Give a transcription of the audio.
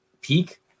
peak